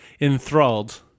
enthralled